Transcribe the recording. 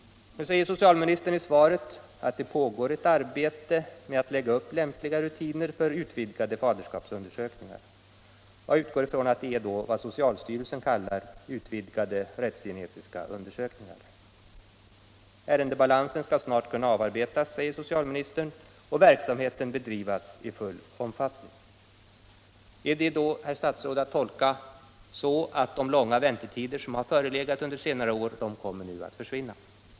Nu säger socialministern i svaret att det pågår ett arbete med att lägga upp lämpliga rutiner för utvidgade faderskapsundersökningar. Jag utgår ifrån att det är vad socialstyrelsen kallar utvidgade rättsgenetiska undersökningar. Ärendebalansen skall snart kunna avarbetas, säger socialministern, och verksamheten bedrivas i full omfattning. Är det då, herr statsråd, att tolka så att de långa väntetider som har förelegat under senare år kommer att försvinna?